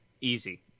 easy